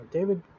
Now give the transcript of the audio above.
David